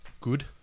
good